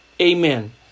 Amen